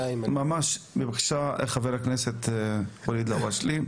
בבקשה, חבר הכנסת ואליד אלהואשלה.